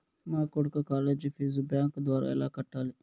మా కొడుకు college fees bank ద్వారా ఎలా కట్టాలి?